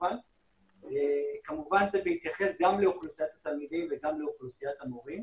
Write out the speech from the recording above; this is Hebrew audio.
כמובן שזה בהתייחס גם לאוכלוסיית התלמידים וגם לאוכלוסיית המורים.